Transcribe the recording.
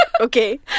Okay